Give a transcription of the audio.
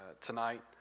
tonight